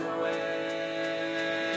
away